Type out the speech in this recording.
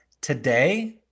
today